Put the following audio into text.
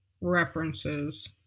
references